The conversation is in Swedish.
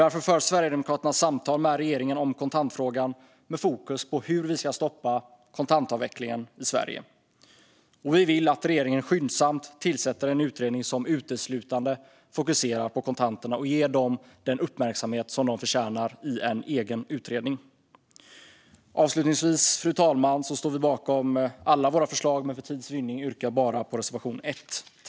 Därför för Sverigedemokraterna samtal med regeringen om kontantfrågan, med fokus på hur vi ska stoppa kontantavvecklingen i Sverige. Vi vill att regeringen skyndsamt tillsätter en utredning som uteslutande fokuserar på kontanterna och ger dem den uppmärksamhet som de förtjänar i en egen utredning. Avslutningsvis, fru talman, står vi bakom alla våra förslag, men för tids vinning yrkar jag bifall bara till reservation 1.